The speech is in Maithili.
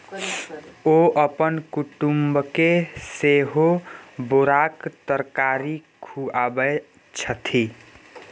ओ अपन कुटुमके सेहो बोराक तरकारी खुआबै छथि